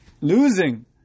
Losing